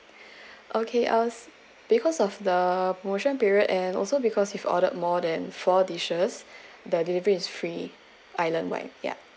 okay I was because of the promotion period and also because if ordered more than four dishes the delivery is free island wide yup